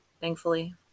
thankfully